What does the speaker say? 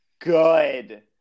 good